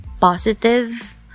positive